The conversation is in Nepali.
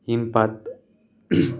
हिमपात